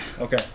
Okay